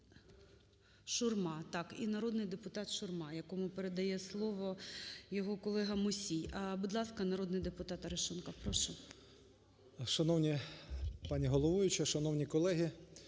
Шановні пані головуюча, шановні колеги,